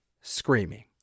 screaming